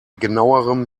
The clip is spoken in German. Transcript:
genauerem